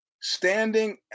standing